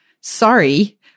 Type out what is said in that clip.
sorry